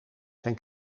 zijn